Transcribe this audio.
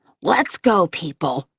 let's go, people.